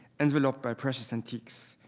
enveloped by precious antiques.